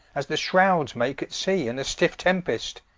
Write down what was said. as the shrowdes make at sea, in a stiffe tempest,